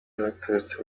baturutse